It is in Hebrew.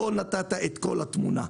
לא נתת את כל התמונה.